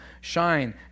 Shine